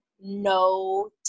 no